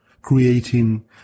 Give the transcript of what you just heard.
creating